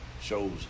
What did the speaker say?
shows